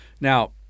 Now